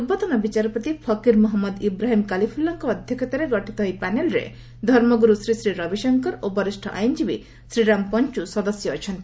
ପୂର୍ବତନ ବିଚାରପତି ଫକୀର ମହମ୍ମଦ ଇବ୍ରାହିମ୍ କାଲିଫୁଲ୍ଲାଙ୍କ ଅଧ୍ୟକ୍ଷତାରେ ଗଠିତ ଏହି ପ୍ୟାନେଲ୍ରେ ଧର୍ମଗୁରୁ ଶ୍ରୀ ଶ୍ରୀ ରବିଶଙ୍କର ଓ ବରିଷ୍ଠ ଆଇନ୍ଜୀବୀ ଶ୍ରୀରାମ ପଞ୍ଚୁ ସଦସ୍ୟ ଅଛନ୍ତି